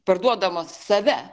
parduodamos save